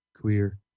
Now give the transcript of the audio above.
queer